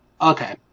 Okay